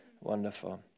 Wonderful